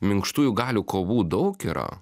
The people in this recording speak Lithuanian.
minkštųjų galių kovų daug yra